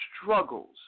struggles